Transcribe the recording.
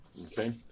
okay